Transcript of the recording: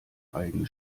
eigene